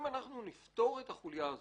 אם נפתור את החוליה הזאת,